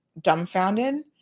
dumbfounded